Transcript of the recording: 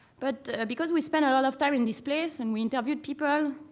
but because we spend a lot of time in this place, and we interviewed people,